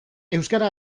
euskara